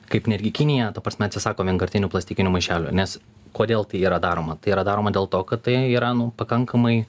kaip netgi kinija ta prasme atsisako vienkartinių plastikinių maišelių nes kodėl tai yra daroma tai yra daroma dėl to kad tai yra nu pakankamai